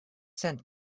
sent